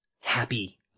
happy